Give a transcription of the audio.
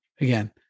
again